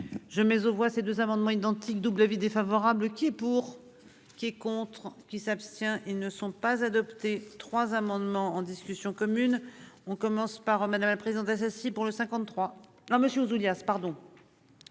Je mets aux voix ces deux amendements identiques double avis défavorable qui est pour. Qui est contre qui s'abstient. Ils ne sont pas adopté 3 amendements en discussion commune. On commence par madame présenté pour le 53 à monsieur Ouzoulias pardon.